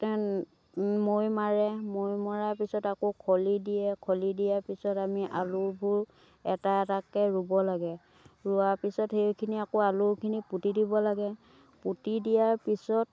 মৈ মাৰে মৈ মৰাৰ পিছত আকৌ খলি দিয়ে খলি দিয়াৰ পিছত আমি আলুবোৰ এটা এটাকৈ ৰুব লাগে ৰোৱাৰ পিছত সেইখিনি আকৌ আলুখিনি পুতি দিব লাগে পুতি দিয়াৰ পিছত